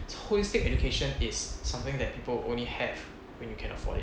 holistic education is something that people would only when you can afford it